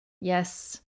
Yes